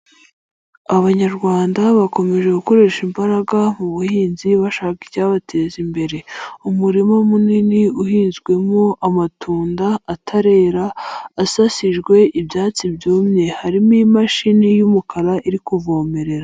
Abanyarwanda bakomeje gukoresha imbaraga mu buhinzi bashaka icyabateza imbere, umurima munini uhinzwemo amatunda atarera, asasijwe ibyatsi byumye, harimo imashini y'umukara iri kuvomerera.